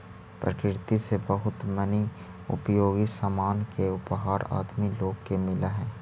प्रकृति से बहुत मनी उपयोगी सामान के उपहार आदमी लोग के मिलऽ हई